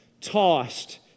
tossed